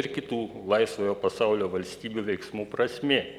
ir kitų laisvojo pasaulio valstybių veiksmų prasmė